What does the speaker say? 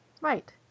Right